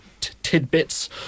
tidbits